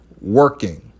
working